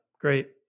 great